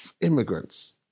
immigrants